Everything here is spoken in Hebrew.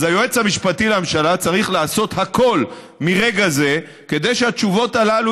אז היועץ המשפטי לממשלה צריך לעשות הכול מרגע זה כדי שהתשובות הללו